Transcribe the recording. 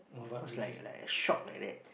of course like like shock like that